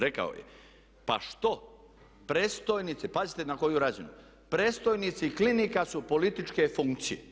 Rekao je, pa što predstojnici, pazite na koju razinu, predstojnici klinika su političke funkcije.